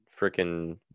freaking